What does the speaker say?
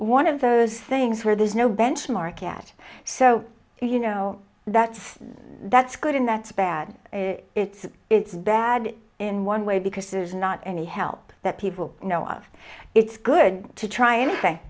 one of those things where there's no benchmark at so you know that's that's good and that's bad it's it's bad in one way because there's not any help that people know of it's good to try and